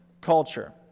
culture